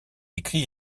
écrit